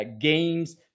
games